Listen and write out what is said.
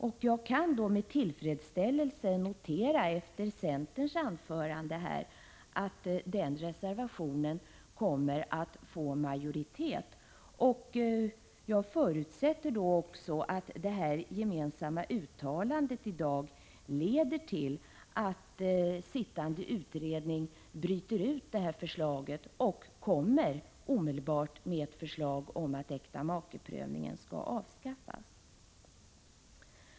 Efter det anförande som centerpartiets företrädare höll kan jag med tillfredsställelse notera att reservation nr 6 kommer att få majoritet, och jag förutsätter då att det gemensamma uttalandet i dag leder till att sittande utredning bryter ut den här frågan och omedelbart lägger fram förslag om att äktamakeprövningen skall avskaffas.